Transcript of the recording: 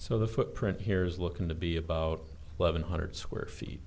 so the footprint here is looking to be about eleven hundred square feet